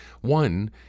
One